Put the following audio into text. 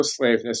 slaveness